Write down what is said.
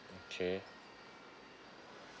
okay